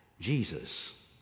Jesus